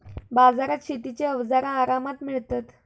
बाजारात शेतीची अवजारा आरामात मिळतत